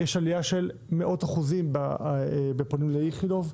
יש עלייה של מאות אחוזים בפונים לאיכילוב.